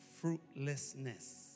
fruitlessness